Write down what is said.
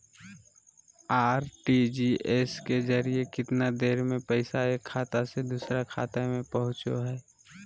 RTGS के जरिए कितना देर में पैसा एक खाता से दुसर खाता में पहुचो है?